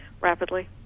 rapidly